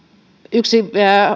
yksi